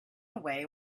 away